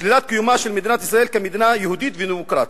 שלילת קיומה של מדינת ישראל כמדינה יהודית ודמוקרטית,